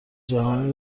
جهانی